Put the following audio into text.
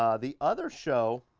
um the other show